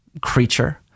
creature